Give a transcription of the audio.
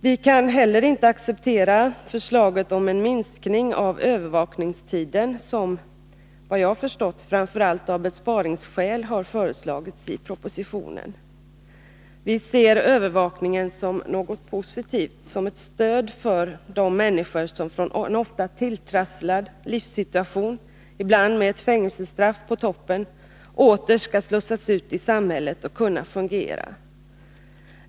Vi kan heller inte acceptera den minskning av övervakningstiden som, såvitt jag förstår, framför allt av besparingsskäl har föreslagits i propositionen. Vi ser övervakningen som något positivt, som ett stöd för de människor som från en ofta tilltrasslad livssituation, ibland med ett fängelsestraff på toppen, åter skall slussas ut i samhället och kunna fungera.